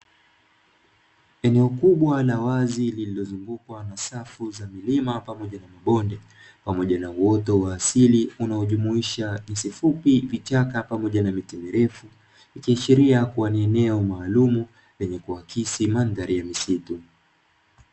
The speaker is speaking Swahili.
Eneo kubwa la wazi lililozungukwa na safu za milima pamoja na mabonde, pamoja na uoto wa asili unaojumuisha nyasi fupi pamoja na vichaka pamoja na miti mirefu; ikiashiria kuwa ni eneo maalumu lenye kuakisi mandhari ya misitu.